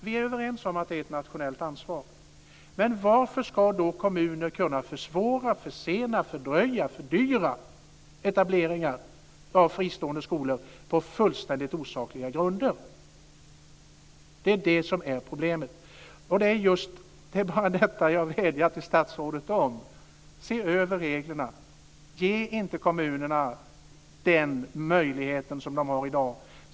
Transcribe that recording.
Vi är överens om att det är ett nationellt ansvar. Men varför ska då kommuner kunna försvåra, försena, fördröja och fördyra etableringar av fristående skolor på fullständigt osakliga grunder? Det är det som är problemet. Det är bara detta jag vädjar till statsrådet om. Se över reglerna! Ta ifrån kommunerna den möjlighet de har i dag.